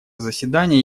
заседания